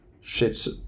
shit's